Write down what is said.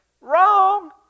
Wrong